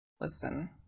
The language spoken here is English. Listen